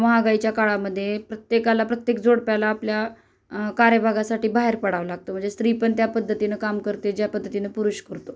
महागाईच्या काळामध्ये प्रत्येकाला प्रत्येक जोडप्याला आपल्या कार्यभागासाठी बाहेर पडावं लागतो म्हणजे स्त्री पण त्या पद्धतीनं काम करते ज्या पद्धतीनं पुरुष करतो